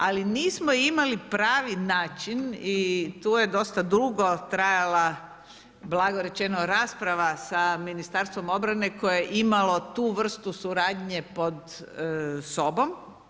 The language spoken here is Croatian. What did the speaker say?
Ali nismo imali pravi način i tu je dosta dugo trajala blago rečeno rasprava sa Ministarstvom obrane koje je imalo tu vrstu suradnje pod sobom.